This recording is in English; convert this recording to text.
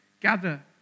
Gather